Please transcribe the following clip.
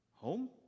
home